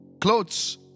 clothes